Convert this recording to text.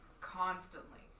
constantly